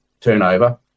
turnover